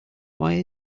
why